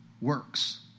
works